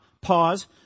pause